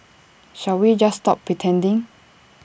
shall we just stop pretending